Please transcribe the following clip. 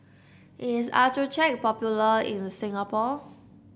is Accucheck popular in Singapore